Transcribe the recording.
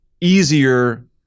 easier